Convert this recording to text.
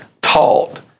taught